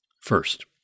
First